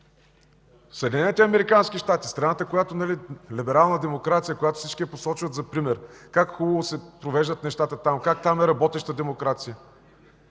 Съединените американски щати – страната с либерална демокрация, която всички посочват за пример – как хубаво се провеждали нещата там, как там демокрацията